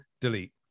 delete